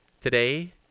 today